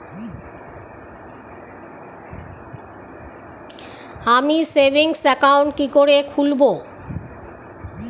আমি savings account কি করে খুলব?